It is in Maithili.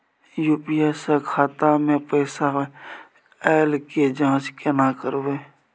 यु.पी.आई स खाता मे पैसा ऐल के जाँच केने करबै?